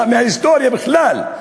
מההיסטוריה בכלל,